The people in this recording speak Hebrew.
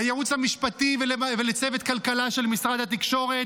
לייעוץ המשפטי ולצוות כלכלה של משרד התקשורת,